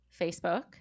Facebook